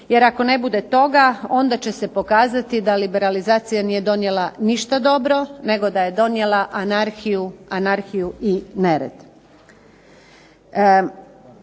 jer ako ne bude toga onda će se pokazati da liberalizacija nije donijela ništa dobro nego da je donijela anarhiju i nered.